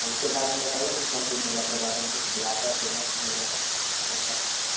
उसके बारे में बताइए ना संतुर मेला के बारे में कुछ बिहार का फेमस मेला कैसा क्या